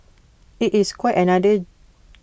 IT is quite another